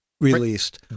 released